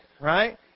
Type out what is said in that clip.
right